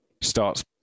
starts